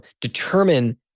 determine